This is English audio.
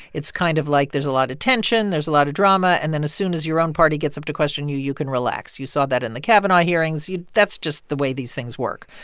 it's kind of like there's a lot of tension. there's a lot of drama. and then, as soon as your own party gets up to question you, you can relax. you saw that in the kavanaugh hearings. you that's just the way these things work.